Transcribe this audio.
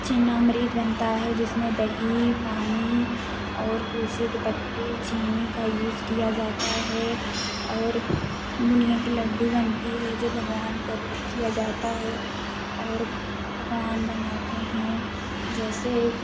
चीनामृत बनता है जिसमें दही पानी और तुलसी के पत्ते चीनी का यूज़ किया जाता है और बुनिए के लड्डू बनती है जो भगवान को अर्पित किया जाता है और पकवान बनाते हैं जैसे